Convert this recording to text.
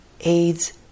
aids